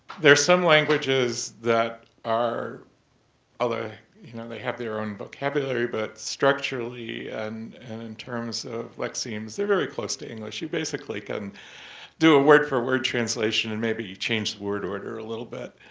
there's some languages that are although you know they have their own vocabulary, but structurally and and in terms of lexemes, they're very close to english. you basically can do a word for word translation and maybe change the word order a little bit.